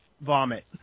vomit